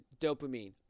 dopamine